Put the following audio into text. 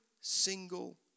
single